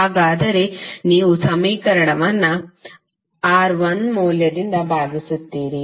ಹಾಗಾದರೆ ನೀವು ಸಮೀಕರಣವನ್ನು R1 ಮೌಲ್ಯದಿಂದ ಭಾಗಿಸುತ್ತೀರಿ